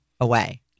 Away